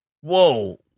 Whoa